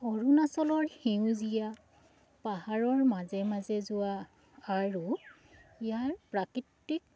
অৰুণাচলৰ সেউজীয়া পাহাৰৰ মাজে মাজে যোৱা আৰু ইয়াৰ প্ৰাকৃতিক